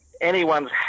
anyone's